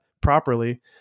properly